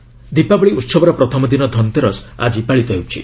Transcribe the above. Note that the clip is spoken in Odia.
ଧନ୍ତେରସ୍ ଦୀପାବଳୀ ଉତ୍ସବର ପ୍ରଥମ ଦିନ ଧନ୍ତେରସ୍ ଆଜି ପାଳିତ ହେଉଛି